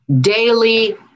daily